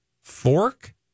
fork